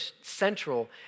central